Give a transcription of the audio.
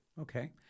Okay